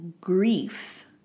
grief